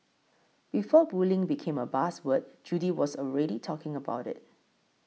before bullying became a buzz word Judy was already talking about it